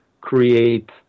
create